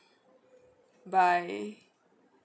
by